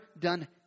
done